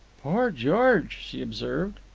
poor george! she observed.